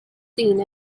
seen